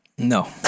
No